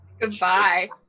Goodbye